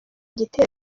gitero